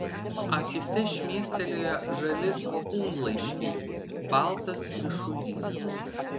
akyse šmėstelėjo žali svogūnlaiškiai baltas ryšulys